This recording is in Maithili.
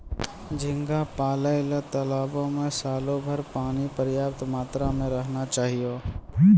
झींगा पालय ल तालाबो में सालोभर पानी पर्याप्त मात्रा में रहना चाहियो